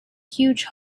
huge